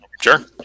sure